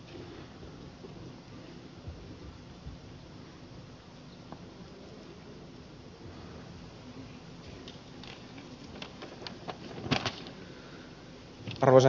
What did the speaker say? arvoisa herra puhemies